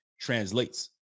translates